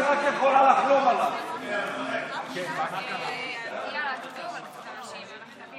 את מתנגדת או תומכת בחוק?